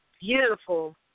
beautiful